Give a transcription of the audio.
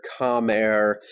Comair